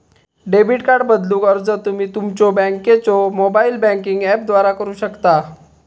debit card बदलूक अर्ज तुम्ही तुमच्यो बँकेच्यो मोबाइल बँकिंग ऍपद्वारा करू शकता